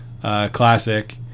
Classic